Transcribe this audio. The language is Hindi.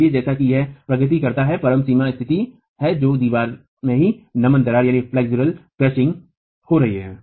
इसलिए जैसा कि यह प्रगति करता है परम सीमा स्तिथि है जो दीवार में ही नमन दरार हो रही है